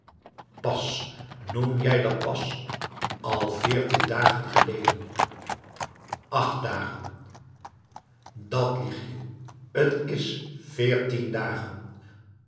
pas noem jij dat pas al veertien dagen geleden acht dagen dat lieg je t is veertien dagen